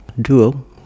Duo